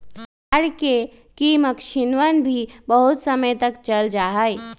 R K की मक्षिणवन भी बहुत समय तक चल जाहई